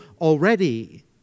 already